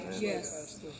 Yes